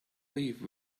leave